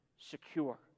secure